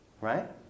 right